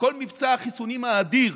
כל מבצע החיסונים האדיר